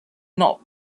not